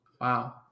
Wow